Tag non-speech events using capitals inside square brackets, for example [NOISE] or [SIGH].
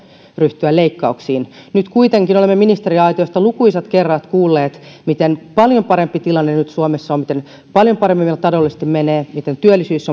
ryhtyä leikkauksiin nyt kuitenkin olemme ministeriaitiosta lukuisat kerrat kuulleet miten paljon parempi tilanne suomessa on miten paljon paremmin meillä taloudellisesti menee miten työllisyys [UNINTELLIGIBLE]